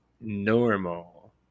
normal